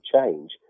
change